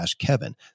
kevin